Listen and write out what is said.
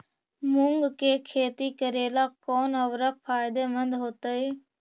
मुंग के खेती करेला कौन उर्वरक फायदेमंद होतइ?